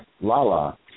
Lala